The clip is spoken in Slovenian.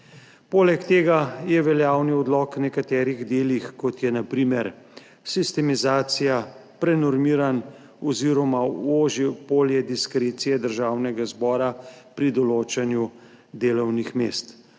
Poleg tega je veljavni odlok v nekaterih delih, kot je na primer sistemizacija, prenormiran oziroma oži polje diskrecije Državnega zbora pri določanju delovnih mest.